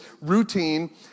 routine